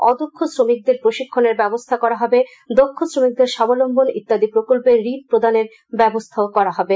অদক্ষ শ্রমিকদের প্রশিক্ষণের ব্যবস্থা করা হবে দক্ষ শ্রমিকদের স্বাবলম্বন ইত্যাদি প্রকল্প ঋণ প্রদানের ব্যবস্থাও করা হবে